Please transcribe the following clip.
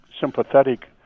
sympathetic